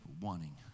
wanting